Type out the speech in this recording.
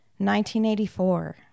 1984